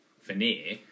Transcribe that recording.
veneer